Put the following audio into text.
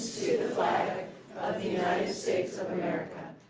flag of the united states of america,